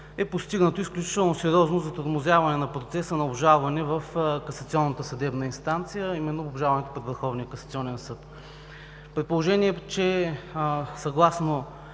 е постигнато изключително сериозно затормозяване на процеса на обжалване в касационната съдебна инстанция, а именно – обжалването пред Върховния касационен съд. Съгласно